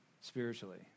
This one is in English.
spiritually